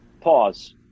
pause